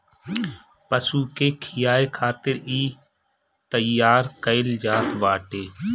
पशु के खियाए खातिर इ तईयार कईल जात बाटे